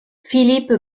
philippe